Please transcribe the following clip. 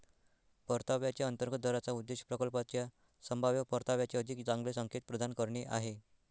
परताव्याच्या अंतर्गत दराचा उद्देश प्रकल्पाच्या संभाव्य परताव्याचे अधिक चांगले संकेत प्रदान करणे आहे